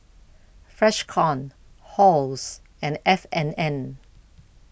Freshkon Halls and F and N